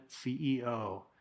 CEO